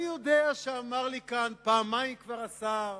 אני יודע שאמר לי כאן פעמיים כבר השר: